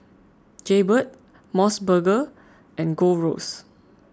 Jaybird Mos Burger and Gold Roast